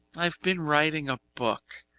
i've been writing a book,